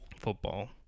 Football